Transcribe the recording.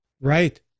Right